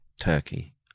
turkey